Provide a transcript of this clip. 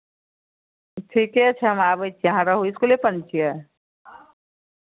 ठीके छै हम आबै छी अहाँ रहू इसकुलेपर ने छियै